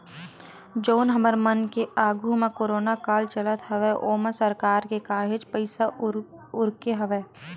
जउन हमर मन के आघू म कोरोना काल चलत हवय ओमा सरकार के काहेच पइसा उरके हवय